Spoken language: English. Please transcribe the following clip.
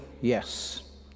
yes